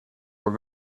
were